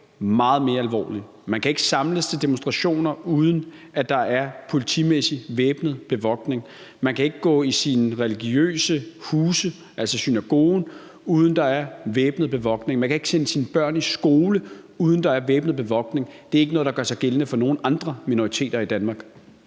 meget mere alvorlig. Man kan ikke samles til demonstrationer, uden at der er politimæssig væbnet bevogtning. Man kan ikke gå i sine religiøse huse, altså synagogerne, uden at der er væbnet bevogtning. Man kan ikke sende sine børn i skole, uden at der er væbnet bevogtning. Det er ikke noget, der gør sig gældende for nogen andre minoriteter i Danmark.